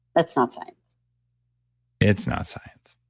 that's not science it's not science.